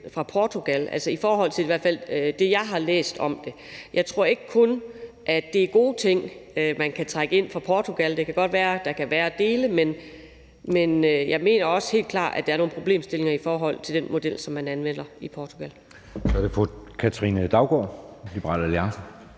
fra Portugal, i hvert fald i forhold til det, jeg har læst om det. Jeg tror ikke kun, det er gode ting, man kan trække ind fra Portugal. Det kan godt være, at der kan være dele af det, man kan trække ind, men jeg mener også helt klart, at der er nogle problemstillinger i forhold til den model, som man anvender i Portugal.